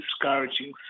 discouraging